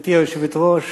גברתי היושבת-ראש,